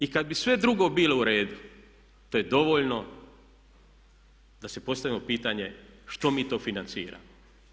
I kad bi sve drugo bilo u redu to je dovoljno da si postavimo pitanje što mi to financiramo.